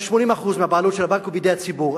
80% מהבעלות של הבנק היא בידי הציבור.